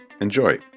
Enjoy